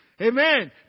Amen